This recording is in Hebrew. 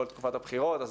כל תקופת הבחירות,